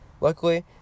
Luckily